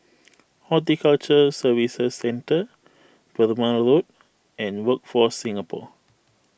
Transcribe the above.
Horticulture Services Centre Perumal Road and Workforce Singapore